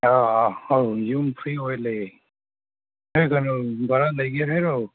ꯑꯧ ꯌꯨꯝ ꯐ꯭ꯔꯤ ꯑꯣꯏꯅ ꯂꯩꯌꯦ ꯅꯣꯏ ꯀꯩꯅꯣ ꯚꯔꯥ ꯂꯩꯒꯦ ꯍꯥꯏꯔꯣ